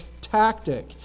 tactic